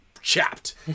chapped